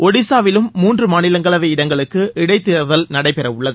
ஒடிசாவிலும் மூன்று மாநிலங்களவை இடங்களுக்கு இடைத்தேர்தல் நடைபெறவுள்ளது